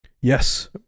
Yes